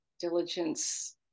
diligence